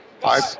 Five